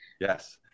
Yes